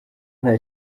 nta